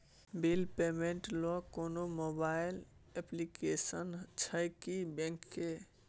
Bill payment ल कोनो mobile application छै की बैंक के?